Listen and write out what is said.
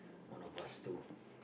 one of us too